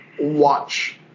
watch